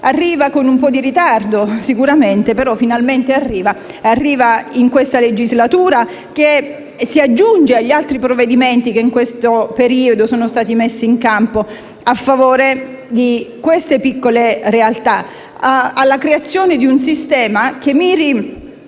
arriva con un po' di ritardo, ma finalmente arriva, e arriva in questa legislatura e si aggiunge agli altri provvedimenti che in questo periodo sono stati messi in campo a favore di queste piccole realtà e della costruzione di un sistema che miri